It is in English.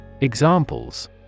Examples